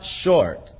short